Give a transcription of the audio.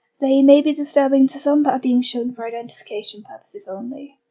they may be disturbing to some but are being shown for identification purposes only.